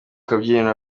kabyiniro